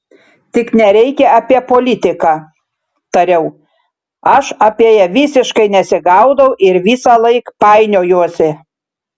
tik nereikia apie politiką tariau aš apie ją visiškai nesigaudau ir visąlaik painiojuosi